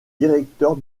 directeur